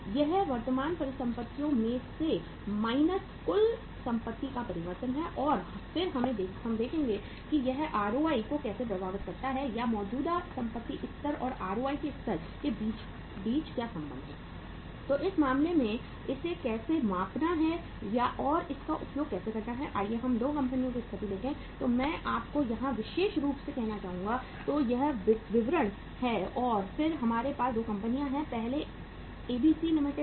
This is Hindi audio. यह वर्तमान संपत्तियों में से माइनस कुल संपत्ति का परिवर्तन है और फिर हम देखेंगे कि यह आरओआई लिमिटेड है